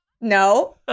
No